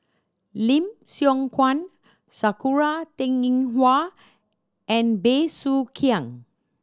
Lim Siong Guan Sakura Teng Ying Hua and Bey Soo Khiang